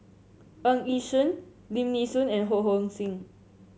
Ng Yi Sheng Lim Nee Soon and Ho Hong Sing